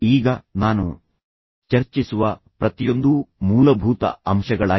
ಈಗ ನಾನು ಚರ್ಚಿಸುವ ಪ್ರತಿಯೊಂದೂ ಮೂಲಭೂತ ಅಂಶಗಳಾಗಿವೆ